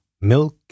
milk